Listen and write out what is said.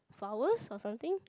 flowers or something